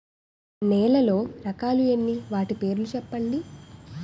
నేలలో రకాలు ఎన్ని వాటి పేర్లు ఏంటి?